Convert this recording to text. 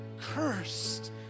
cursed